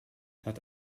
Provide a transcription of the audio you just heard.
het